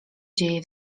dzieje